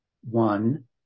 one